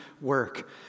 work